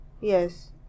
Yes